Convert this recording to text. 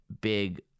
big